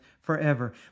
forever